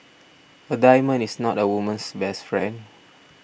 a diamond is not a woman's best friend